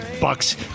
Bucks